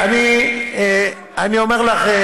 תשמעי, אני אומר לך, אני אומרת לך,